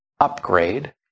upgrade